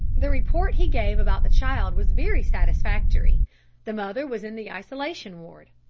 the report he gave about the child was very satisfactory the mother was in the isolation ward.